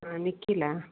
ಹಾಂ ನಿಖಿಲ